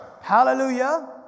Hallelujah